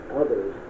others